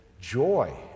joy